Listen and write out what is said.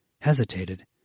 hesitated